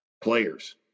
players